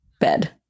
bed